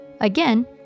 Again